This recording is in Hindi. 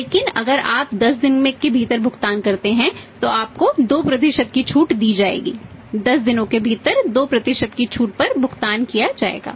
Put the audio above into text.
लेकिन अगर आप 10 दिनों के भीतर भुगतान करते हैं तो आपको 2 की छूट दी जाएगी 10 दिनों के भीतर 2 की छूट पर भुगतान किया जाएगा